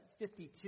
52